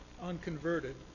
unconverted